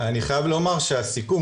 אני חייב לומר שהסיכום,